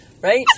right